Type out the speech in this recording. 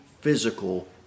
physical